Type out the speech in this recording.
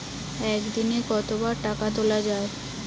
একদিনে কতবার টাকা তোলা য়ায়?